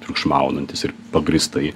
triukšmaunantys ir pagrįstai